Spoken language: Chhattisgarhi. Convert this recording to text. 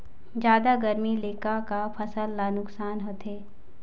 जादा गरमी ले का का फसल ला नुकसान होथे?